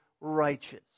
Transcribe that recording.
righteous